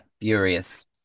furious